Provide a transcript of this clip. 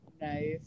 Nice